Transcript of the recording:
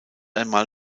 einmal